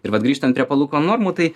ir vat grįžtant prie palūkanų normų tai